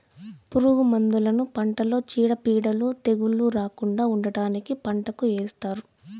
పురుగు మందులను పంటలో చీడపీడలు, తెగుళ్ళు రాకుండా ఉండటానికి పంటకు ఏస్తారు